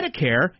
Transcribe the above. Medicare